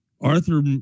Arthur